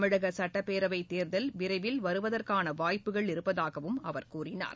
தமிழக சுட்டப்பேரவைத் தேர்தல் விரைவில் வருவதற்கான வாய்ப்புகள் இருப்பதாகவும் அவர் கூறினார்